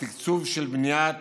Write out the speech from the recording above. לתקצוב של בניית